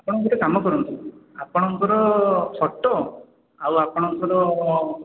ଆପଣ ଗୋଟେ କାମ କରନ୍ତୁ ଆପଣଙ୍କ ଫଟୋ ଆଉ ଆପଣଙ୍କର